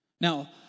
Now